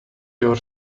your